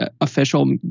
official